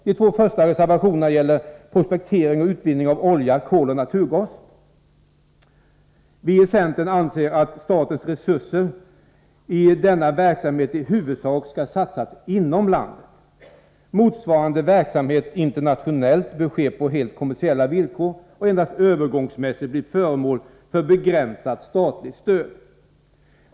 De två första reservationerna gäller prospektering och utvinning av olja, kol och naturgas. Vii centern anser att statens resurser i denna verksamhet i huvudsak skall satsas inom landet. Motsvarande verksamhet internationellt bör ske på helt kommersiella villkor och endast övergångsmässigt bli föremål för ett begränsat statligt stöd.